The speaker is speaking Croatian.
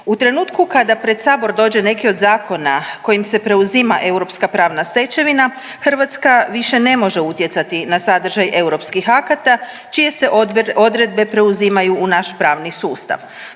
U trenutku kada pred Sabor dođe neki od zakona kojim se preuzima europska pravna stečevina Hrvatska više ne može utjecati na sadržaj europskih akata čije se odredbe preuzimaju u naš pravni sustav.